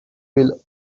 will